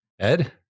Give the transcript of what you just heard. Ed